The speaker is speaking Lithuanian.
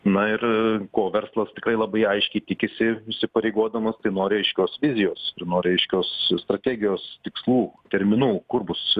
na ir ko verslas tikrai labai aiškiai tikisi įsipareigodamas tai nori aiškios vizijos ir nori aiškios strategijos tikslų terminų kur bus